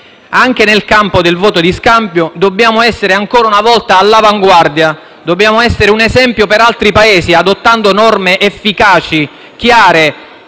Anche nel campo del voto di scambio politico-mafioso dobbiamo essere, ancora una volta, all'avanguardia, dobbiamo essere di esempio per altri Paesi, adottando norme efficaci, chiare,